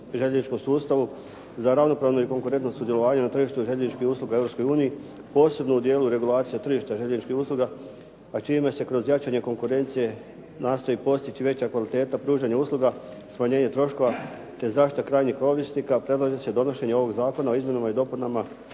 željezničkom sustavu za ravnopravno i konkurentno sudjelovanje na tržištu željezničkih usluga u Europskoj uniji posebno u dijelu regulacije tržišta željezničkih usluga a čime se kroz jačanje konkurencije nastoji postići veća kvaliteta pružanja usluga, smanjenje troškova te zaštita krajnjih korisnika predlaže se donošenje ovog Zakona o izmjenama i dopunama